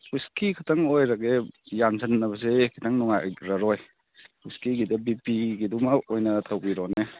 whisky ꯈꯛꯇꯪ ꯑꯣꯏꯔꯒꯦ ꯌꯥꯟꯁꯟꯅꯕꯁꯦ ꯈꯤꯇꯪ ꯅꯨꯡꯉꯥꯏꯔꯔꯣꯏ ꯋꯤꯁꯀꯤꯒꯤꯗ ꯕꯤ ꯄꯤꯒꯤꯗꯨꯃ ꯑꯣꯏꯅ ꯇꯧꯕꯤꯔꯣꯅꯣ